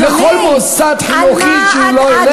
לכל מוסד חינוכי שהוא לא ילך,